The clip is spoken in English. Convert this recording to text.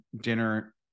dinner